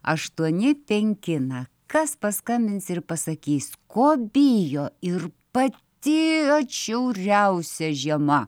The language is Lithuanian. aštuoni penki na kas paskambins ir pasakys ko bijo ir pati atšiauriausia žiema